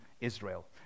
Israel